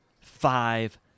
five